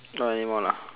not anymore lah